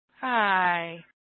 Hi